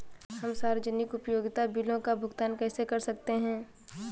हम सार्वजनिक उपयोगिता बिलों का भुगतान कैसे कर सकते हैं?